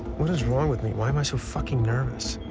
what is wrong with me? why am i so fucking nervous?